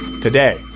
today